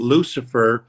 Lucifer